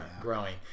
growing